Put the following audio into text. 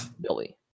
Billy